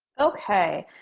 okay.